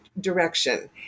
direction